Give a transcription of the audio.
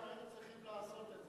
אם היה אפשר למחוא כפיים,